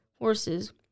horses